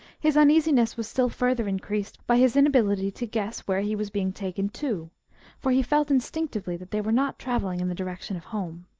his uneasiness was still further increased by his inability to guess where he was being taken to for he felt instinctively that they were not travelling in the direction of home.